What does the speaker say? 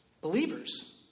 believers